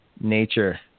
nature